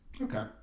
okay